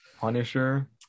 Punisher